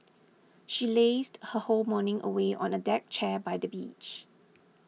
she lazed her whole morning away on a deck chair by the beach